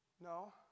No